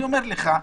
אני אומר לך: